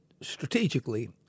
Strategically